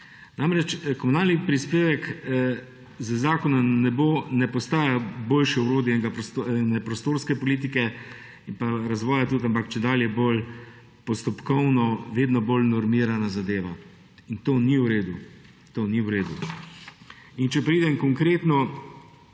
Namreč, komunalni prispevek z zakonom ne postaja boljše orodje prostorske politike in razvoja, ampak čedalje bolj postopkovna, vedno bolj normirana zadeva in to ni v redu. To ni v redu. Če preidem konkretno